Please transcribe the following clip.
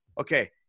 okay